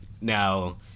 Now